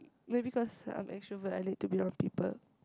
maybe cause I'm extrovert I need to be around people